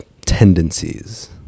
tendencies